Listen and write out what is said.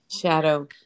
shadow